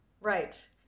Right